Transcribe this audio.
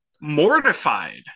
mortified